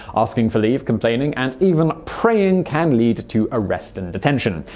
asking for leave, complaining, and even praying can lead to arrest and detention.